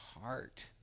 heart